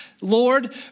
Lord